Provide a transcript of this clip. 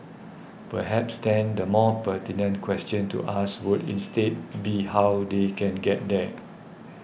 perhaps then the more pertinent question to ask would instead be how they can get there